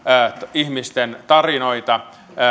ihmisten tarinoita